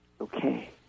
Okay